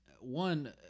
One